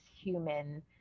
human